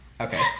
Okay